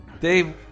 Dave